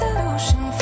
Solution